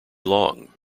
long